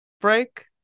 break